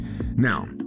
Now